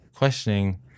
questioning